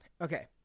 okay